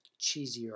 cheesier